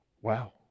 Wow